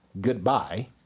goodbye